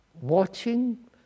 Watching